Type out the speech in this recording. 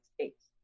States